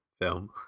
film